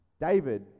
David